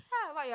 ya what your